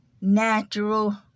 natural